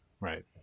Right